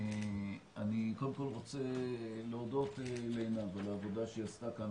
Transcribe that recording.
אני רוצה להודות לעינב על העבודה שהיא עשתה כאן.